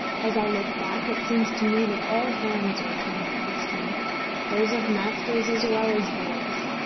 as i look back it seems to me that all hands were turned against me those of masters as well as boys.